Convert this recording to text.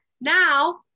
Now